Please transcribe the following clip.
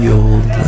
old